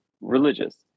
religious